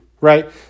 right